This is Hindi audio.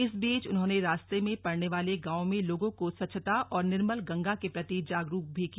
इस बीच उन्होंने रास्ते में पड़ने वाले गांवों में लोगों को स्वच्छता और निर्मल गंगा के प्रति जागरूक भी किया